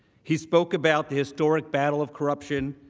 he spoke about the historic battle of corruption.